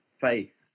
faith